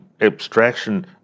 abstraction